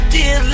Dear